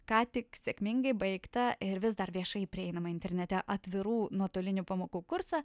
ką tik sėkmingai baigtą ir vis dar viešai prieinama internete atvirų nuotolinių pamokų kursą